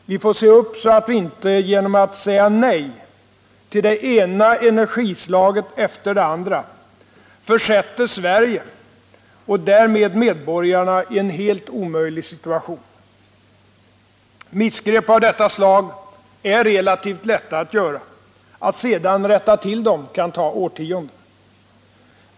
Vi får se upp så att vi inte genom att säga nej till det ena energislaget efter det andra försätter Sverige och därmed medborgarna i en helt omöjlig situation. Missgrepp av detta slag är relativt lätta att göra. Att sedan rätta till dem kan ta årtionden.